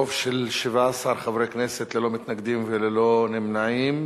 ברוב של 17 חברי כנסת, ללא מתנגדים וללא נמנעים,